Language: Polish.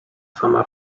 sama